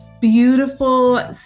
beautiful